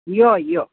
यो यो